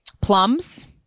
plums